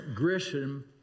Grisham